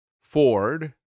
Ford